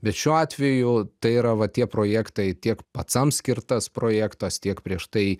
bet šiuo atveju tai yra va tie projektai tiek pacam skirtas projektas tiek prieš tai